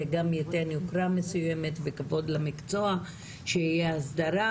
זה גם ייתן יוקרה מסוימת וכבוד למקצוע שתהיה הסדרה,